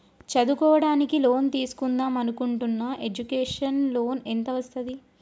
చదువుకోవడానికి లోన్ తీస్కుందాం అనుకుంటున్నా ఎడ్యుకేషన్ లోన్ ఎంత వస్తది?